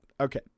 Okay